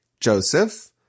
Joseph